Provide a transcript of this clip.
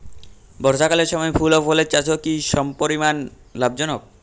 বর্ষাকালের সময় ফুল ও ফলের চাষও কি সমপরিমাণ লাভজনক?